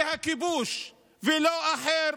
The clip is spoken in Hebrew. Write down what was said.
כי הכיבוש, ולא אחר,